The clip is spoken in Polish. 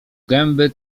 gęby